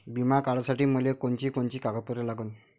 बिमा काढासाठी मले कोनची कोनची कागदपत्र लागन?